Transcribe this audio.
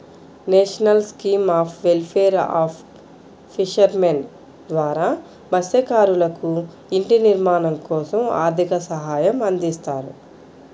national scheme of welfare of fishermen ద్వారా మత్స్యకారులకు ఇంటి నిర్మాణం కోసం ఆర్థిక సహాయం అందిస్తారు